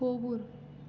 کھووُر